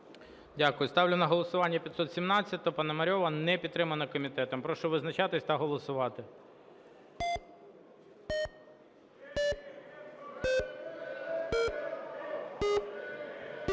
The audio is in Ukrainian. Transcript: Дякую. Ставлю на голосування 517-у Пономарьова. Не підтримана комітетом. Прошу визначатись та голосувати.